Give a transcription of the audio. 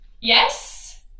Yes